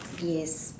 yes